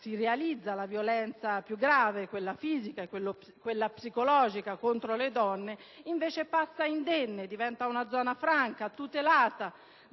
si realizza la violenza più grave (quella fisica e quella psicologica) contro le donne, passa invece indenne, diventa una sorta di zona franca tutelata